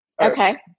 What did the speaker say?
Okay